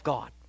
God